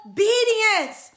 Obedience